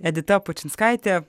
edita pučinskaitė